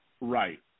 Right